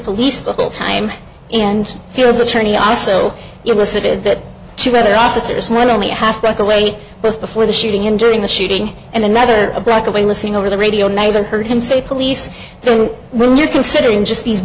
police the whole time and here's attorney also elicited that she whether officers not only half broke away both before the shooting and during the shooting and another a block away listening over the radio neighbor heard him say police the room you're considering just these